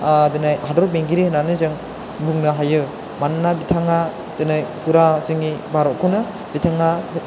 ओह दिनै हादर बेंगिरि होन्नानै जों बुंनो हायो मानोना बिथाङा दिनै फुरा जोंनि भारतखौनो बिथाङा